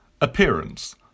Appearance